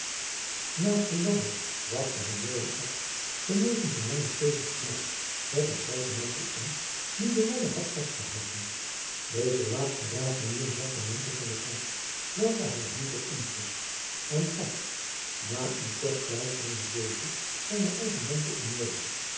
naast den ladder wachtte hem joan af benevens een lange stevige knaap met een grooten mantel om die den ladder had vastgehouden deze laatste raapte nu een zwarten mantel van den grond welken hij hendrik omsloeg en gaf na een kort fluisteren met dezen zijnen eigen mantel aan